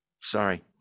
sorry